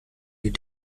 die